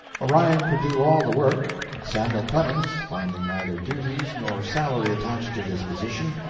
orion could do all the work, and samuel clemens, finding neither duties nor salary attached to his position,